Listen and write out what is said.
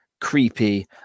creepy